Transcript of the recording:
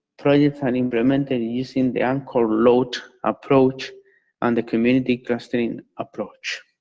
private funding but um and and using the anchor load approach and the community clustering approach.